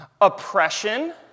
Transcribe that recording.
oppression